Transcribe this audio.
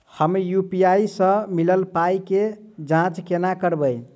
हम यु.पी.आई सअ मिलल पाई केँ जाँच केना करबै?